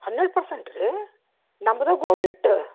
ಹನ್ನೆರಡು ಪರ್ಸೆಂಟ್ ರೀ ನಮ್ದೇ ಗೋಲ್ಡ್ ಇಟ್ಟು